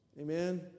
amen